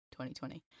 2020